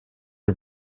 are